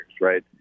right